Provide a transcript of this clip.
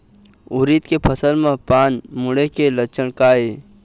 उरीद के फसल म पान मुड़े के लक्षण का ये?